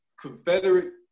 Confederate